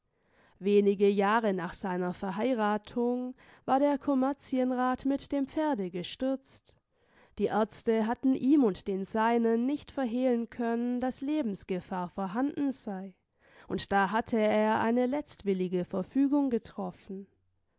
wenige jahre nach seiner verheiratung war der kommerzienrat mit dem pferde gestürzt die aerzte hatten ihm und den seinen nicht verhehlen können daß lebensgefahr vorhanden sei und da hatte er eine letztwillige verfügung getroffen